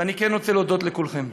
ואני כן רוצה להודות לכולכם.